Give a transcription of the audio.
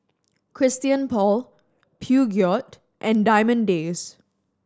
Christian Paul Peugeot and Diamond Days